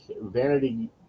vanity